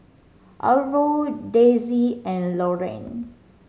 Arvo Dessie and Loraine